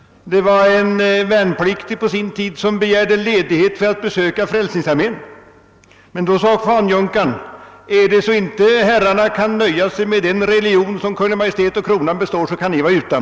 Det var en värnpliktig som på sin tid begärde ledighet för att bevista ett möte i Frälsningsarmén, men då sade fanjunkaren: »Äär det så att herrarna inte kan nöja sig med den religion som Kungl. Maj:t och kronan består, så kan ni vara utan.»